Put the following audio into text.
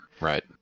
right